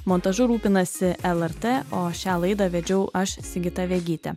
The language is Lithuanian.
montažu rūpinasi lrt o šią laidą vedžiau aš sigita vegytė